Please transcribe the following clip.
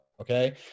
Okay